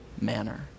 manner